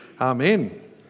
Amen